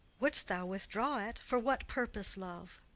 would'st thou withdraw it? for what purpose, love?